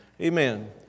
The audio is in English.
Amen